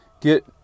Get